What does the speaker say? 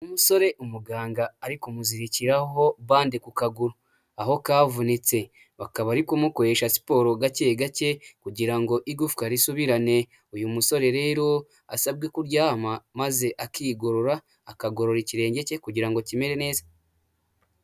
Umusore umuganga ari kumuzirikiraho bande ku kaguru aho kavunitse, bakaba ari kumukoresha siporo gake gake kugira ngo igufwa risubirane uyu musore rero asabwe kuryama maze akigorora akagorora ikirenge cye kugira ngo kimere neza.